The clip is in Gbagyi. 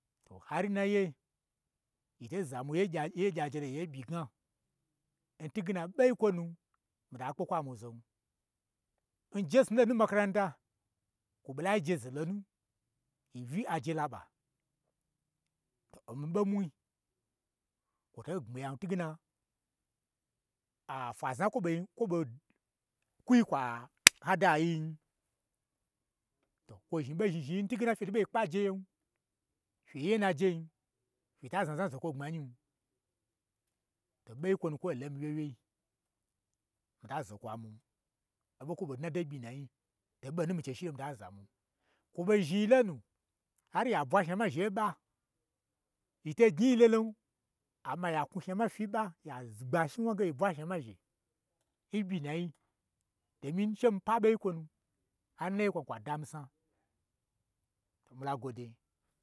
To har naye, yi to zamwun, ye gya ye gyaje lo yi ɓyi gna, n twuge na ɓei n kwomu, mita kpe kwa mwuzon. Njesnu lonu n makaranta kwo ɓola jiye zo lonu, yi uyi aje laɓa, to omii ɓo mwui, kwoto gbmi yan, n twuge na a fwnazna n kwo ɓe nyi kwo ɓo kwuyi kwa hada n yiin, to kwo zhni ɓo zhni zhni yi nu, n twuge na n fye to ɓo kpaje yen, fye yen najei, nta znazna n zokwo gbmanyin, to ɓei n kwonu kwoi lolon mii wye wyei, mita zokwa mwun, oɓo n kwoɓo dna don ɓyi nayi, oɓo nun mii nchei shilo mita zamur kwo ɓo zhnii lonu, har ya bwa shna mazhe n ɓa, yi to n gnyi-i lolon, amma ya knwu z shnama fyi n ɓa, ya gba shniwna ge yi bwa shnama zhe, n ɓyi nayi, domi she mii pa ɓei nkwonu har naye, kwo kwa da mii sna, to mila gwode.